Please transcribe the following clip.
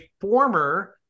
former